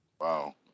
Wow